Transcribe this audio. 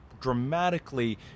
dramatically